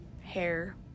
hair